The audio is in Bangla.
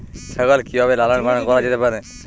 ছাগল কি ভাবে লালন পালন করা যেতে পারে?